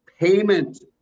Payment